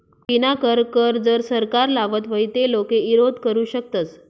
चुकीनाकर कर जर सरकार लावत व्हई ते लोके ईरोध करु शकतस